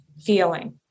feeling